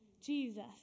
Jesus